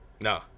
No